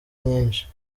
nyinshi